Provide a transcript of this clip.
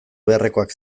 beharrekoak